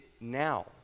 now